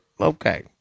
Okay